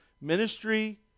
Ministry